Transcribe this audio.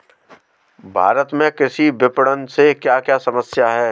भारत में कृषि विपणन से क्या क्या समस्या हैं?